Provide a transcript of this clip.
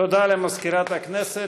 תודה למזכירת הכנסת.